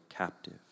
Captive